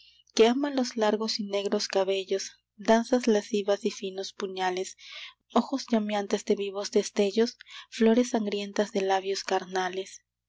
que ama los largos y negros cabellos danzas lascivas y finos puñales ojos llameantes de vivos destellos flores sangrientas de labios carnales y